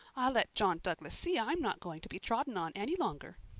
i'll let john douglas see i'm not going to be trodden on any longer.